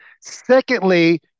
Secondly